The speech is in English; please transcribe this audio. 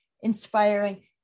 inspiring